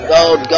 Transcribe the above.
God